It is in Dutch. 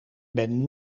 ben